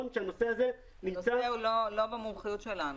זה לא במומחיות שלו.